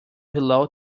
below